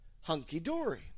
hunky-dory